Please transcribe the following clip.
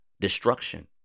destruction